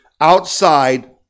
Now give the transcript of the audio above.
outside